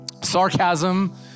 Sarcasm